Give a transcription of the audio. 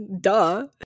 duh